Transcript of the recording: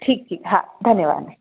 ठीकु ठीकु हा धन्यवादु